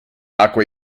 acqua